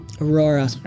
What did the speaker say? Aurora